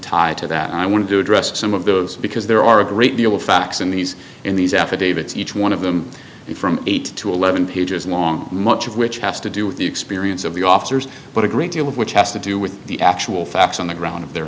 tie to that i want to address some of those because there are a great deal of facts in these in these affidavits each one of them from eight to eleven pages long much of which has to do with the experience of the officers but a great deal of which has to do the actual facts on the ground of their